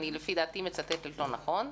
לפי דעתי אני מצטטת לא נכון.